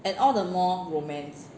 and all the more romance